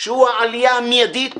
שהוא העלייה המיידית